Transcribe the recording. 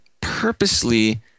purposely